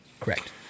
Correct